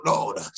Lord